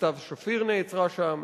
סתיו שפיר נעצרה שם,